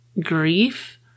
grief